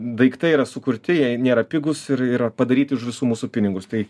daiktai yra sukurti jie nėra pigūs ir yra padaryti už visų mūsų pinigus tai